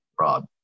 Rob